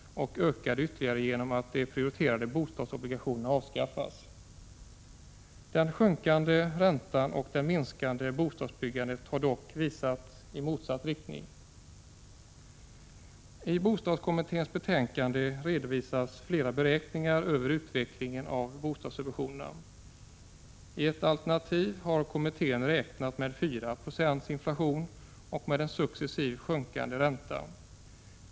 Subventionsgraden väntas öka ytterligare genom att de prioriterade bostadsobligationerna avskaffas. Den sjunkande räntan och det minskade bostadsbyggandet har dock verkat i motsatt riktning. I bostadskommitténs betänkande redovisas flera beräkningar över utvecklingen av bostadssubventionerna. I ett alternativ har kommittén räknat med 4 90 inflation och med en successivt sjunkande ränta.